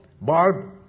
Barb